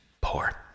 poor